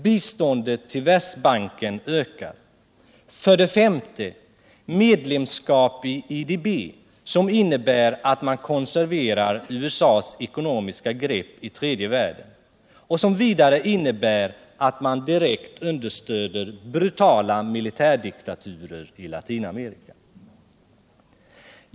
Biståndet till Världsbanken ökar. 5. Medlemskap i IDB, som innebär att man konserverar USA:s ekonomiska grepp i tredje världen och som vidare innebär att man direkt understödjer brutala militärdiktaturer i Latinamerika.